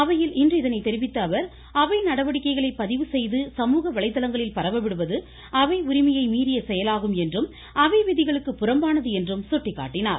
அவையில் இன்று இதனைத் தெரிவித்த அவர் அவை நடவடிக்கைகளை பதிவு செய்து சமூக வலைதளங்களில் பரவ விடுவது அவை உரிமையை மீறிய செயலாகும் என்றும் அவை விதிகளுக்கு புரம்பானது என்றும் சுட்டிக்காட்டினார்